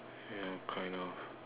yeah kind of